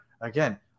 again